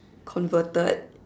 converted